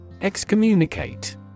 Excommunicate